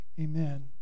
Amen